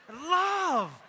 love